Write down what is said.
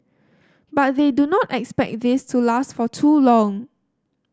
but they do not expect this to last for too long